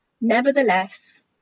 Nevertheless